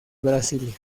brasilia